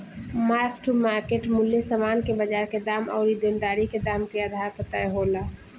mark to market मूल्य समान के बाजार के दाम अउरी देनदारी के दाम के आधार पर तय होला